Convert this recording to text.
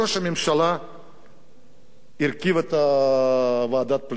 ראש הממשלה הרכיב את ועדת-פלסנר,